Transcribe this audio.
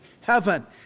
heaven